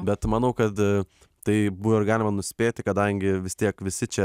bet manau kad tai buvo ir galima nuspėti kadangi vis tiek visi čia